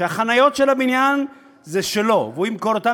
שהחניות של הבניין הן שלו והוא ימכור אותן